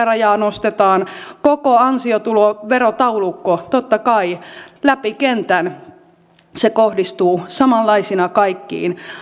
rajaa nostetaan koko ansiotuloverotaulukko totta kai läpi kentän kohdistuu samanlaisena kaikkiin